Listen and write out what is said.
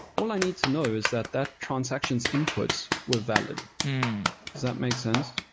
all i need to know is that that transaction's inputs were valid. does that make sense?